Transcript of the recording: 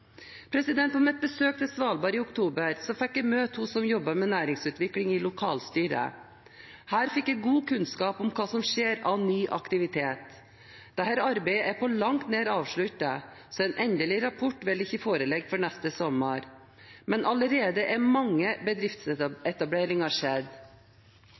mitt besøk på Svalbard i oktober fikk jeg møte hun som jobber med næringsutvikling i lokalstyret. Her fikk jeg god kunnskap om hva som skjer av ny aktivitet. Dette arbeidet er på langt nær avsluttet, så en endelig rapport vil ikke foreligge før neste sommer. Men allerede er mange bedriftsetableringer skjedd. By- og regionforskningsinstituttet NIBR har